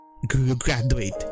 graduate